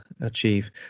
achieve